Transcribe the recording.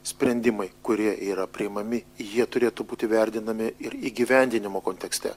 sprendimai kurie yra priimami jie turėtų būti vertinami ir įgyvendinimo kontekste